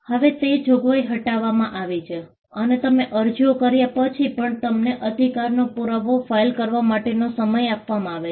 હવે તે જોગવાઈ હટાવવામાં આવી છે અને તમે અરજીઓ કર્યા પછી પણ તમને અધિકારનો પુરાવો ફાઇલ કરવા માટેનો સમય આપવામાં આવે છે